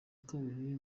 kabiri